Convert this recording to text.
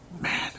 Man